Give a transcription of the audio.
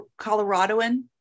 Coloradoan